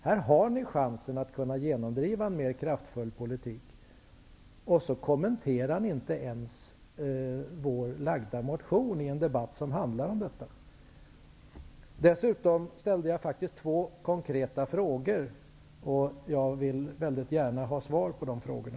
Här har ni chansen att kunna genomdriva en mer kraftfull politik, och så kommenterar ni inte ens vår lagda motion i en debatt som handlar om detta. Dessutom ställde jag faktiskt två konkreta frågor, och jag vill väldigt gärna ha svar på de frågorna.